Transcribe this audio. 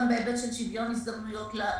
גם בהיבט של שוויון הזדמנויות לפעוטות,